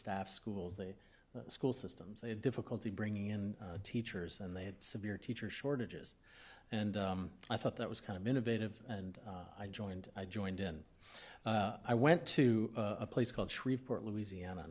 staff schools the school systems they had difficulty bringing in teachers and they had severe teacher shortages and i thought that was kind of innovative and i joined i joined and i went to a place called shreveport louisiana